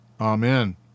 Amen